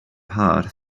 part